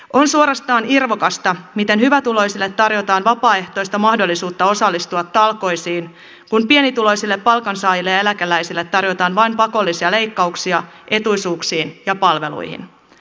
on suorastaan irvokasta miten hyvätuloisille tarjotaan vapaaehtoista mahdollisuutta osallistua talkoisiin kun pienituloisille palkansaajille ja eläkeläisille tarjotaan vain pakollisia leikkauksia etuisuuksiin ja palveluihin